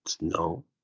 no